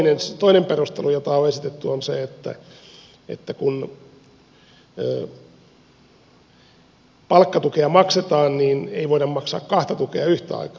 se toinen perustelu jota on esitetty on se että kun palkkatukea maksetaan niin ei voida maksaa kahta tukea yhtä aikaa